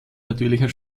natürlicher